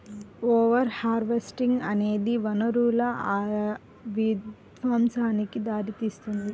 over harvesting అనేది వనరుల విధ్వంసానికి దారితీస్తుంది